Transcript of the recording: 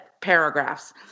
paragraphs